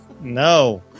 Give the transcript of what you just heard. no